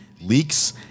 Leaks